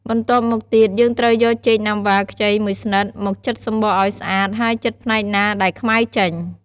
បន្ទាប់មកទៀត យើងត្រូវយកចេកណាំវ៉ាខ្ចីមួយស្និតមកចិតសំបកឱ្យស្អាត ហើយចិតផ្នែកណាដែលខ្មៅចេញ។